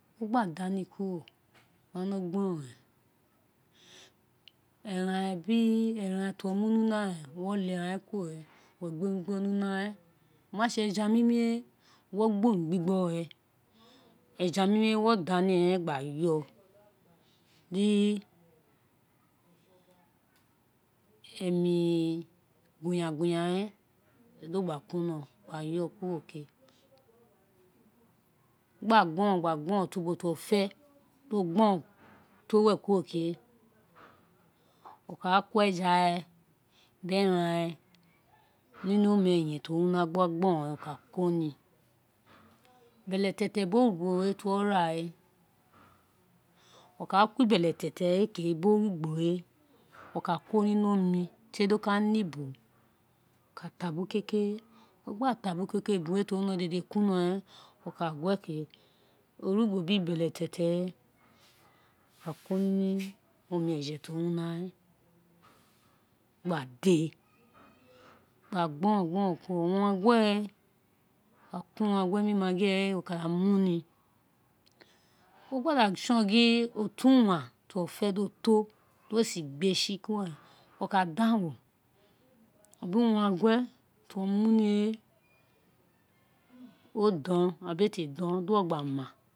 To gbe dani kuro, a no gbo owun, eran biri eran tí wo mu ni una ren, wo le eran we kuro ren gbi gbe ni una, o ma se eja mi nu wo gba omi gbigbo re, eja mimi wo da ni gba yo di emi di o gba kuri ino gba yo kuro ke, ti o gba gboron gba gboron to uboti wo fe, o gboron to we kuro ke wo ka ra ko ejare biri eran re ni omi to wí una gba gboron wi ko ni beletietie, biri ogolo ti uwo ra we, wo ka ko ibeletietie we ke biri orugbo we ka ko ni ino oni tori oka ne ibu wo ka tabu kekere wo gba tabu kekere ibu we dede ti o wino kuri ino ren, o ka gue ke orugbo biri beletietie, ka koni oje we gba dee, gba gboron, u waghe re, wo ko uwangue biri maggi re wo ka da mumi, ti o gba son o tu wan ti ooo fe do to, di wo si gbesi, wo ka da ghangho, abi uwangue ti wo mu ni we odon, tabi ee te don di wo gba ma.